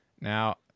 Now